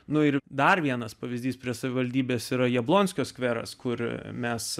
nu ir dar vienas pavyzdys prie savivaldybės yra jablonskio skveras kur mes